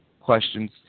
questions